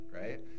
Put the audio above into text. right